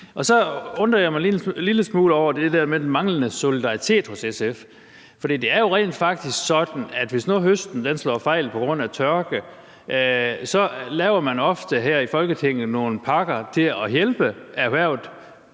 Så undrer jeg mig en lille smule over det der med den manglende solidaritet hos SF. For det er jo rent faktisk sådan, at hvis nu høsten slår fejl på grund af tørke, så laver man ofte her i Folketinget nogle pakker til at hjælpe erhvervet,